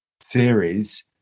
series